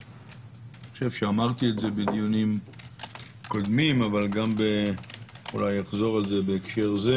אני חושב שאמרתי את זה בדיונים קודמים אבל אחזור על זה בהקשר זה